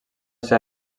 ser